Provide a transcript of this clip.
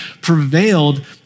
prevailed